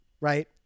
Right